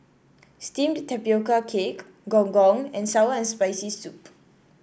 Steamed Tapioca Cake Gong Gong and Sour and Spicy Soup